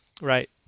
Right